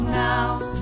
now